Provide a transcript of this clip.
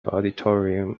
auditorium